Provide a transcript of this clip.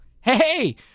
Hey